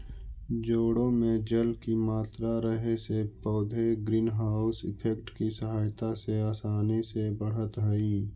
जड़ों में जल की मात्रा रहे से पौधे ग्रीन हाउस इफेक्ट की सहायता से आसानी से बढ़त हइ